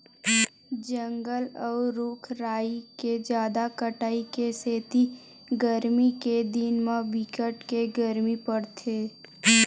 जंगल अउ रूख राई के जादा कटाई के सेती गरमी के दिन म बिकट के गरमी परथे